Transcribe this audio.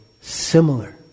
similar